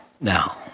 now